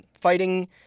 fighting